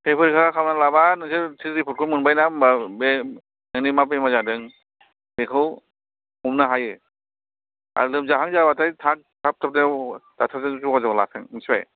थै फरिखा खालामनानै लाबा नोंसोर थै रिपर्ट खौ मोनबायना होनबा बे नोंनि मा बेमार जादों बेखौ हमनो हायो आरो लोमजाहां जाबाथाय थाब थाब दाक्टर जों जगाजगआ लाथों मिथिबाय